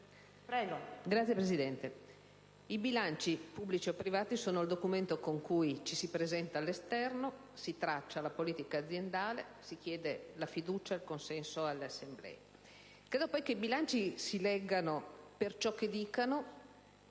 i bilanci, pubblici o privati, sono il documento con il quale ci si presenta all'esterno, si traccia la politica aziendale e si chiedono la fiducia e il consenso alle assemblee. Credo poi che i bilanci si leggano per ciò che dicono,